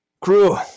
Crew